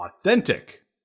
Authentic